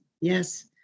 yes